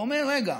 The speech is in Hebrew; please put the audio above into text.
הוא אומר: רגע,